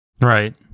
Right